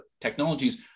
technologies